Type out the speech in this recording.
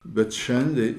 bet šiandien